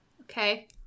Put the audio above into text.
Okay